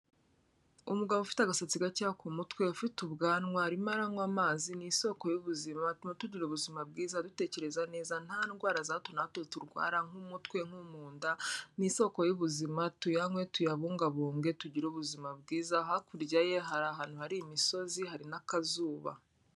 Umugabo ufite agasatsi gakeya ku mutwe ufite ubwanwa arimo aranywa amazi. Ni isoko y'ubuzima. Atuma tugira ubuzima bwiza, dutekereza neza, nta ndwara za hato na hato turwara nk'umutwe, nko mu nda. Ni isoko y'ubuzima, tuyanywe tuyabungabunge tugire ubuzima bwiza. Hakurya ye hari ahantu hari imisozi hari n'akazuba.